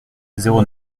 zéro